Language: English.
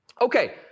Okay